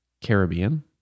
Caribbean